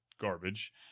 garbage